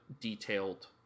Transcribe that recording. detailed